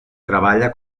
treballa